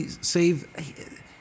save